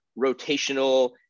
rotational